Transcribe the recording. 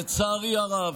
לצערי הרב,